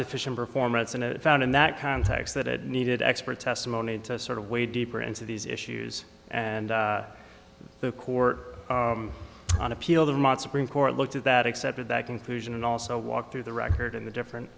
deficient performance and found in that context that it needed expert testimony to sort of way deeper into these issues and the court on appeal to them on supreme court looked at that accepted that conclusion and also walked through the record in the different